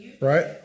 Right